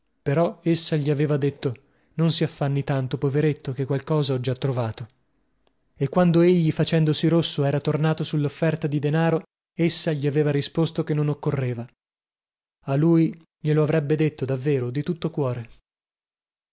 però essa gli aveva detto non si affanni tanto poveretto chè qualcosa ho già trovato e quando egli facendosi rosso era tornato sullofferta di denaro essa gli aveva risposto che non occorreva a lui glielo avrebbe detto davvero di tutto cuore